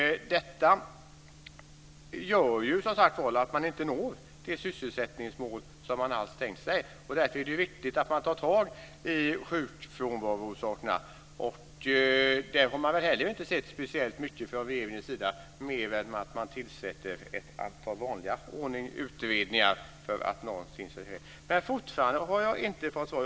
Det gör att man inte alls når det sysselsättningsmål som man tänkt sig. Därför är det viktigt att man tar tag i sjukfrånvaroorsakerna. Där har vi inte sett speciellt mycket från regeringens sida, mer än att man i vanlig ordning tillsätter ett antal utredningar. Jag har fortfarande inte fått svar.